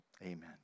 Amen